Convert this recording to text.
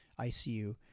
ICU